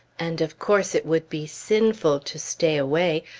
and of course it would be sinful to stay away,